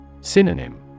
Synonym